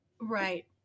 right